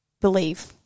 believe